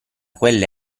quelle